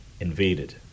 invaded